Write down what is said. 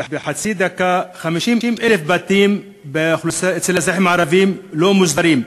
בחצי דקה: 50,000 בתים של האזרחים הערבים לא מוסדרים.